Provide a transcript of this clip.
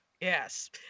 Yes